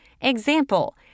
Example